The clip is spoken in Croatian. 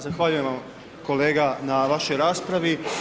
Zahvaljujem vam kolega na vašoj raspravi.